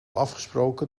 afgesproken